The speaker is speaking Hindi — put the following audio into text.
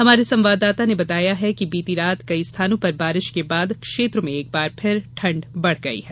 हमारे संवाददाता ने बताया है कि बीती रात कई स्थानों पर बारिश के बाद क्षेत्र में एक बार फिर ठंड बढ़ गई है